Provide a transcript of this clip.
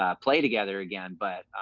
ah play together again, but,